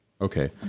Okay